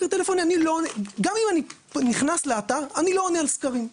גם אם אני נכנס לאתר אני לא עונה על סקרים,